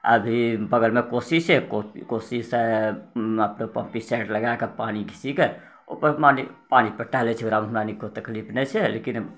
अभी बगलमे कोशी छै कोशीसँ पम्पी सेट लगाकऽ पानि घिची कऽ ओकराबाद पानि पटाय लै छी ओकरामे हमराअनी कोइ तकलीफ नहि छै लेकिन